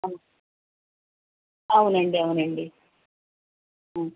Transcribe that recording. అవునండి అవునండి